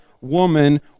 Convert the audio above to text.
woman